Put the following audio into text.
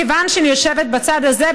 כיוון שאני יושבת בצד הזה,